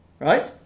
right